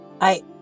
I-